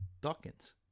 Dawkins